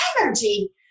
energy